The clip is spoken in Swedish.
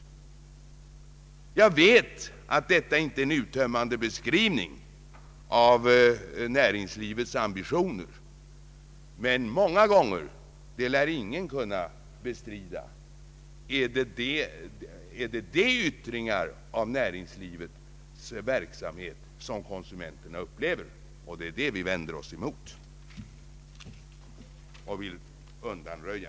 Jag vet att detta inte är en uttömmande beskrivning av näringslivets ambitioner. Men många gånger — det lär ingen kunna bestrida — är det dylika yttringar av näringslivets verksamhet som konsumenterna upplever. Det är detta vi vänder oss emot och vill undanröja.